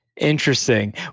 Interesting